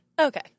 Okay